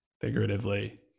figuratively